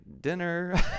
dinner